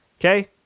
Okay